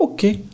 Okay